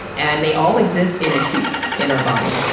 and they all exist in a soup in our body.